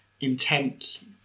intent